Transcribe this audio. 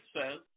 says